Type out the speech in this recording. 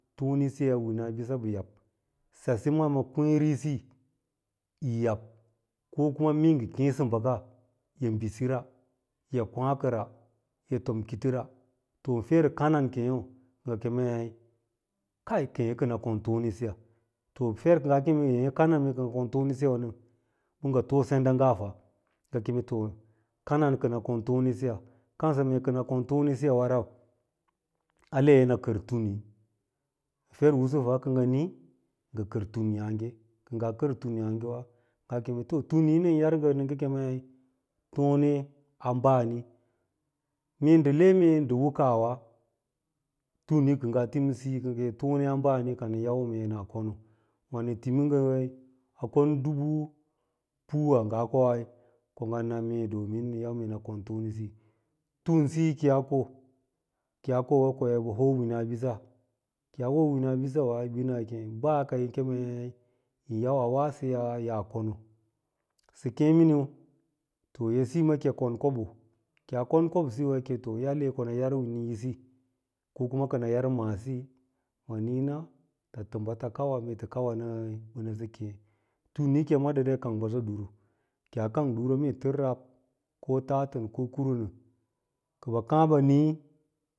Tonesiya winsɓisa bɚ yab, sas ma kwêêresi yi yab ko kura mee ngɚ kêêresi bɚka yi bisi ra yi kwààkɚra yi fom kitora to fer kanan kêêsɚ ngɚ kemei kai kêê ko nɚ kon tonesiya fer kɚ ngaa kem kɚ ngɚ kon tonesiyawa ɗɚm pɚ ngɚ too sendabnga ta ngɚ keme to kanan kɚnɚ kon tonesiya kansɚ mee kɚnɚ kon tonesiya. Wa rau ale nɚ kɚr tuni fer’ nsu fa kɚ ngɚ nii ngɚ kɚr timiyààgɚ, kɚ ngaa kɚr tura yààgewa ngaa keme tnni nɚ yar ngɚ nɚ ngɚ kemei tone a ɓaam, mee, ndɚ le mee ndɚ timisiyi kɚ ngaa keme tone a baa ni ka nɚn yau mee a kono wà nɚ timi ngɚ a kon dubu pu wa ngaa koi ko ngɚ domin nɚn yau mee kɚnɚ kon tonesi tunsiyi ki yaa ko, ki yaa kona ko yi hoo wina ɓisa, ki yaa hoo wina bisawa baa kai kemei yin yau auwaasiyai yaa kono sɚ kêê miniu to edsiyi ma kɚi kon koɓo, ki yaa kon koɓo vawayi kem ate konɚ yar evin’isi kuma kɚ nɚ yar mansi ma nii na tɚmba tɚ kawa, mee tɚ kawa nɚi pɚ ngɚ kêê, turi kiyi ma dada yi kanyɓɚsa duru, ki yaa kang durwa mee rab ko tatɚn ko kurun nɚ kɚ bɚ kàà ɓɚ nii.